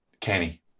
Kenny